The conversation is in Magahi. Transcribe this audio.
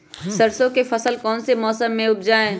सरसों की फसल कौन से मौसम में उपजाए?